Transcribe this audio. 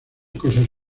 cosas